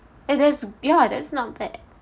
eh that's ya that's not bad